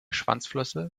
schwanzflosse